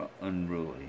unruly